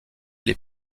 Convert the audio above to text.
les